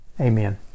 Amen